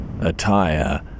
Attire